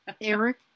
eric